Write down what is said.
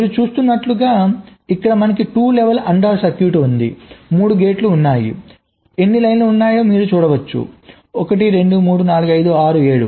మీరు చూస్తున్నట్లుగాఇక్కడ మనకు 2 లెవెల్ AND OR సర్క్యూట్ ఉంది 3 గేట్లు ఉన్నాయి ఎన్ని పంక్తులు ఉన్నాయో మీరు చూడవచ్చు 1 2 3 4 5 6 7